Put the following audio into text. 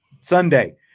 Sunday